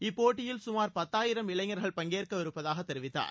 இப்போட்டியில் சுமார் பத்தாயிரம் இளைஞர்கள் பங்கேற்கவிருப்பதாக தெரிவித்தார்